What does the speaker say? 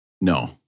No